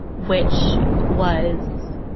which was.